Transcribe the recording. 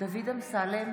דוד אמסלם,